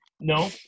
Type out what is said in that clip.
No